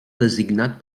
designat